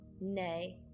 Nay